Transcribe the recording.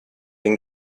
den